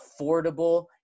affordable